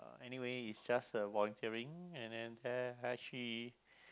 anyway it's just a volunteering and then actually